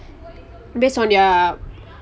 based on their